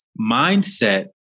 mindset